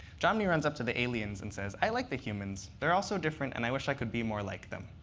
jomny runs up to the aliens and says, i like the humans. they're all so different, and i wish i could be more like them.